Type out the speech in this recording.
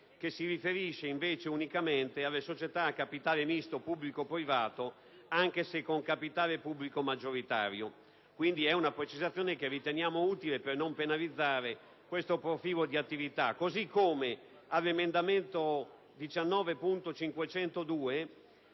che si riferisce invece unicamente alle società a capitale misto pubblico-privato, anche se con capitale pubblico maggioritario. Si tratta quindi di una precisazione che riteniamo utile per non penalizzare questo profilo di attività. Allo stesso modo, con l'emendamento 19.502